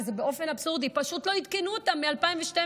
שבאופן אבסורדי פשוט לא עדכנו אותם מ-2012.